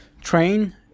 train